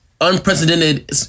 unprecedented